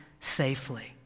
safely